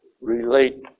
relate